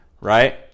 right